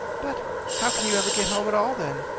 but how can you ever get home at all, then?